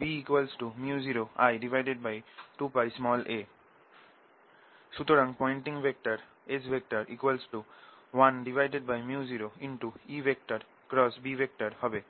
B µ0I2πa সুতরাং Poynting vector S 1µ0EB হবে